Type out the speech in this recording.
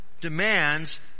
demands